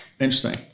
Interesting